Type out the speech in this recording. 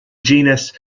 genus